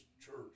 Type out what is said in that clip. church